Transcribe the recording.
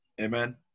Amen